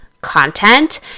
content